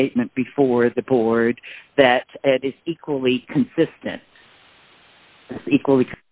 statement before the board that it is equally consistent equally